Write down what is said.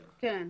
כן.